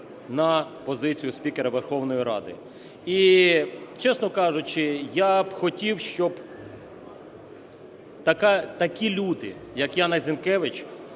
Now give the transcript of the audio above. на позицію спікера Верховної Ради. І чесно кажучи, я б хотів, щоб такі люди, як Яна Зінкевич,